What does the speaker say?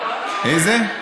איזה?